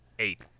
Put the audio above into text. Eight